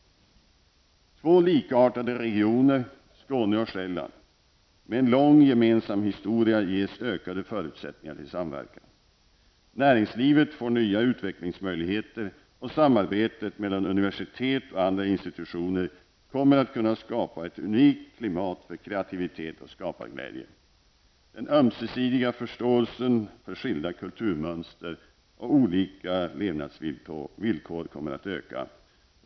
Två likartade regioner -- Skåne och Själland -- med en lång gemensam historia ges ökade förutsättningar till samverkan. Näringslivet får nya utvecklingsmöjligheter, och samarbetet mellan universitet och andra institutioner kommer att kunna skapa ett unikt klimat för kreativitet och skaparglädje. Den ömsesidiga förståelsen för skilda kulturmönster och olika levnadsvillkor kommer att öka.